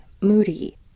moody